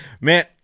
Man